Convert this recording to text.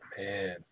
Man